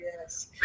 yes